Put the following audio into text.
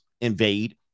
invade